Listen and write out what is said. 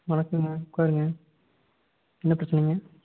வணக்கம்ங்க உட்காருங்க என்ன பிரச்சனைங்க